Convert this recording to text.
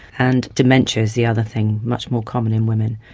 and dementia is the other thing, much more common in women.